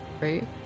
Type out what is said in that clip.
right